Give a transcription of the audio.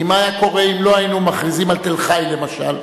כי מה היה קורה אם לא היינו מכריזים על תל-חי למשל?